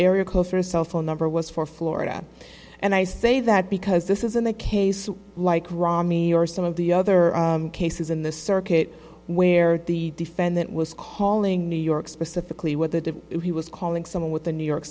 area code for a cell phone number was for florida and i say that because this isn't the case like rami or some of the other cases in the circuit where the defendant was calling new york specifically what the he was calling someone with the new york